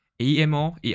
Emo